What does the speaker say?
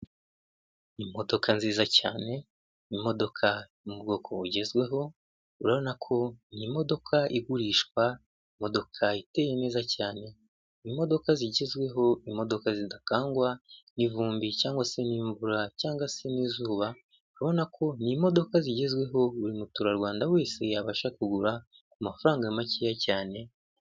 Imoodoka nziza cyane imodoka mu bwoko bugezweho urabonana ko ni imodokadoka igurishwa imodoka iteye neza cyane imodoka zigezweho imodoka zidakangwa ivumbi cyangwa se' imvura cyangwa se n'izuba urabona ko n'imodoka zigezweho buri muturarwanda wese yabasha kugura ku mafaranga makeya cyane.